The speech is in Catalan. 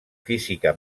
física